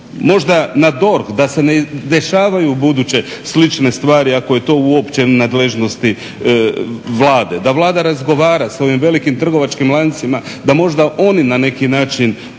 Možda na to da se ne dešavaju ubuduće slične stvari ako je to uopće nadležnosti Vlade. Da Vlada razgovara s ovim velikim trgovačkim lancima da možda oni na neki način